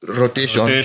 rotation